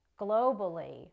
globally